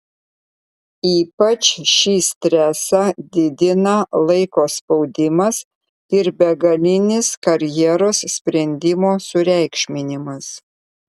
ypač šį stresą didina laiko spaudimas ir begalinis karjeros sprendimo sureikšminimas